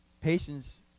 Patience